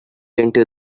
into